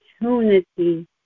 opportunity